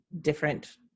different